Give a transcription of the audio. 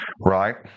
Right